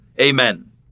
Amen